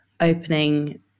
opening